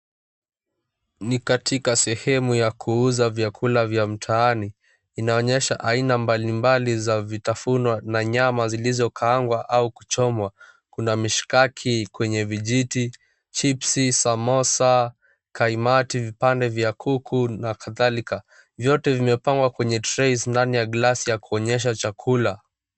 Ni katika sehemu ya kuuza vyakula vya mtaani. Inaonyesha aina mbalimbali za vitafunwa na nyama zilizokaangwa au kuchomwa. Kuna mishkaki kwenye vijiti, chipsi, samosa, kaimati vipande vya kuku na kadhalika. Vyote vimepangwa kwenye treys ndani ya glasi ya kuonyesha chakula.